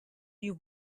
you